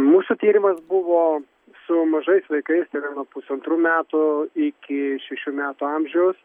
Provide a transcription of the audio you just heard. mūsų tyrimas buvo su mažais vaikais tai yra nuo pusantrų metų iki šešių metų amžiaus